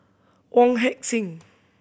Wong Heck Sing